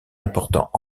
important